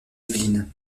yvelines